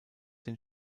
den